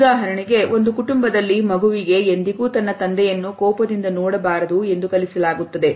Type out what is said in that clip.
ಉದಾಹರಣೆಗೆ ಒಂದು ಕುಟುಂಬದಲ್ಲಿ ಮಗುವಿಗೆ ಎಂದಿಗೂ ತನ್ನ ತಂದೆಯನ್ನು ಕೋಪದಿಂದ ನೋಡಬಾರದು ಎಂದು ಕಲಿಸಲಾಗುತ್ತದೆ